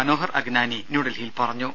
മനോഹർ അഗ്നാനി ന്യൂഡൽഹിയിൽ പറഞ്ഞു